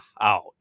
out